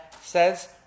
says